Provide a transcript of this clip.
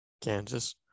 Kansas